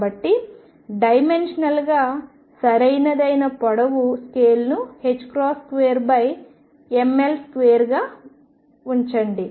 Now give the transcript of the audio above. కాబట్టి డైమెన్షనల్గా సరైనది అయిన పొడవు స్కేల్ను 2mL2 గా ఉంచండి